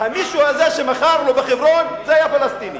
והמישהו הזה, שמכר לו בחברון, זה היה פלסטיני.